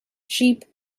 sheep